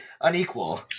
unequal